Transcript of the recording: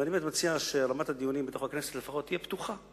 ואני באמת מציע שרמת הדיונים בתוך הכנסת לפחות תהיה פתוחה,